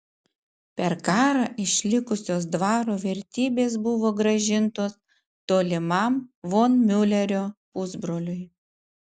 per karą išlikusios dvaro vertybės buvo grąžintos tolimam von miulerio pusbroliui